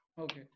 Okay